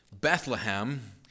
Bethlehem